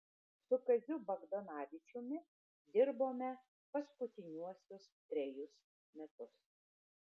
su kaziu bagdonavičiumi dirbome paskutiniuosius trejus metus